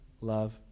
love